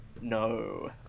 No